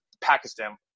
Pakistan